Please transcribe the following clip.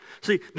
See